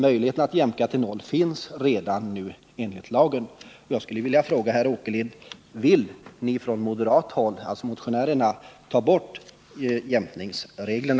Möjlighet att jämka till noll finns således redan nu enligt lagen.